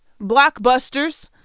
blockbusters